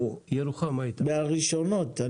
ירוחם מהראשונות.